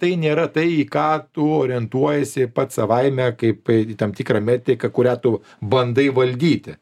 tai nėra tai į ką tu orientuojiesi pats savaime kaip į tam tikrą metriką kurią tu bandai valdyti